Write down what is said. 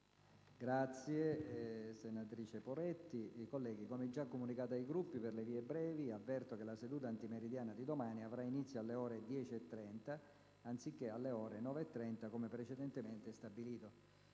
finestra"). Onorevoli colleghi, come già comunicato ai Gruppi per le vie brevi, la seduta antimeridiana di domani avrà inizio alle ore 10,30, anziché alle ore 9,30, come precedentemente stabilito.